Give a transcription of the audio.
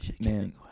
Man